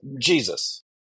Jesus